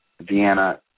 Vienna